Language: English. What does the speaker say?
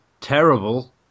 terrible